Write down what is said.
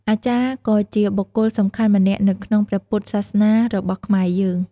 អាចារ្យ ក៏ជាបុគ្គលសំខាន់ម្នាក់នៅក្នុងព្រះពុទ្ធសាសនារបស់ខ្មែរយើង។